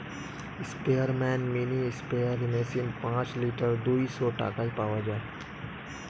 স্পেয়ারম্যান mini sprayer machine পাঁচ litre দুইশো টাকায় পাওয়া যায়